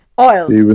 oils